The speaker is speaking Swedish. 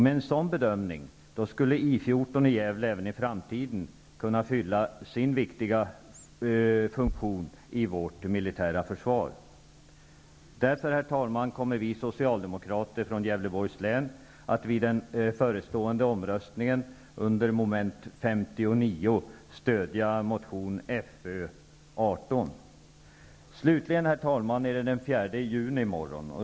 Med en sådan bedömning skulle I 14 i Gävle även i framtiden kunna fylla sin viktiga funktion i vårt militära försvar. Därför, herr talman, kommer vi socialdemokrater från Gävleborgs län att vid den förestående omröstningen under mom. 59 att stödja motion Herr talman! Det är den 4 juni i morgon.